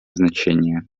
значение